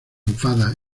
enfada